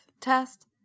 test